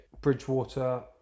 Bridgewater